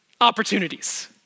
opportunities